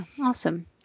Awesome